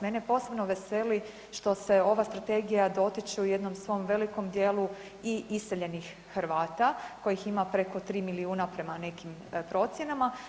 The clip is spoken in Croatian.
Mene posebno veseli što se ova Strategija dotiče u jednom svom velikom dijelu i iseljenih Hrvata kojih ima preko 3 milijuna prema nekim procjenama.